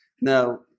Now